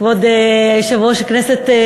כבוד היושב-ראש, כבוד השר שטייניץ,